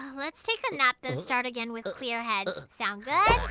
let's take a nap then start again with clear heads. sounds good?